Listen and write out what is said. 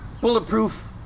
Bulletproof